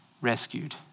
rescued